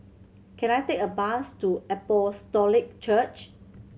can I take a bus to Apostolic Church